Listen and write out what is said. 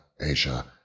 Asia